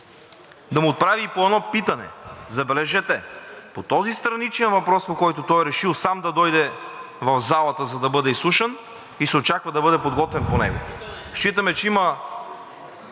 да му отправи и по едно питане – забележете, по този страничен въпрос, по който той е решил сам да дойде в залата, за да бъде изслушан и се очаква да бъде подготвен по него. Считаме, че има